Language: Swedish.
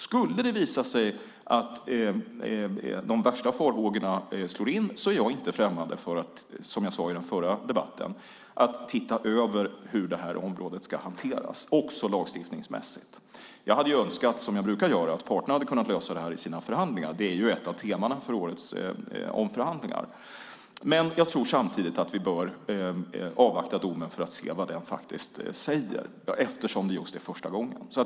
Skulle det visa sig att de värsta farhågorna slår in är jag, som jag sade i den förra debatten, inte främmande för att titta över hur detta område ska hanteras också lagstiftningsmässigt. Jag hade önskat, som jag brukar göra, att parterna hade kunnat lösa detta i sina förhandlingar, och det är ett av flera teman i årets omförhandlingar. Jag tror dock samtidigt att vi bör avvakta domen för att se vad den faktiskt säger, eftersom det är första gången.